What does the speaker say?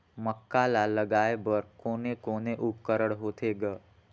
मक्का ला लगाय बर कोने कोने उपकरण होथे ग?